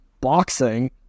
boxing